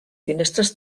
finestres